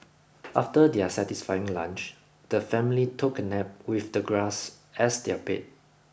after their satisfying lunch the family took a nap with the grass as their bed